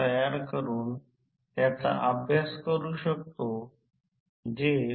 हे खरंतर टिल्डे सारखे आहे म्हणून हे असे लिहिलेले आहे